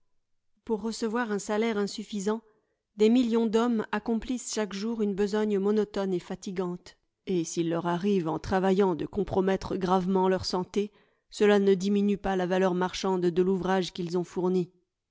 pour recevoir un salaire insuffisant des millions d'hommes accomplissent chaque jour une besogne monotone et fatigante et s'il leur arrive en travaillant de compromettre gravement leur santé cela ne diminue pas la valeur marchande de l'ouvrage qu'ils ont fourni